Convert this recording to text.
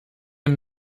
een